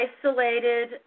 isolated